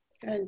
good